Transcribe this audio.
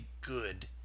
good